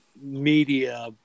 media